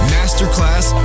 Masterclass